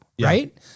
right